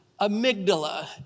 amygdala